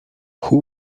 who